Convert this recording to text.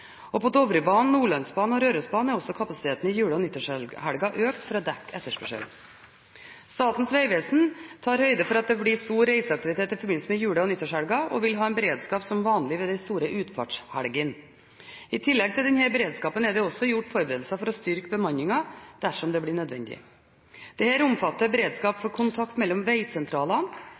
På Dovrebanen, Nordlandsbanen og Rørosbanen er også kapasiteten i jule- og nyttårshelgen økt for å dekke etterspørselen. Statens vegvesen tar høyde for at det blir stor reiseaktivitet i forbindelse med jule- og nyttårshelgen, og vil ha en beredskap som vanlig ved de store utfartshelgene. I tillegg til denne beredskapen er det også gjort forberedelser for å styrke bemanningen dersom det blir nødvendig. Dette omfatter beredskap for kontakt mellom